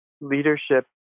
leadership